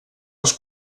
els